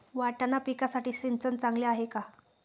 वाटाणा पिकासाठी सिंचन चांगले आहे का?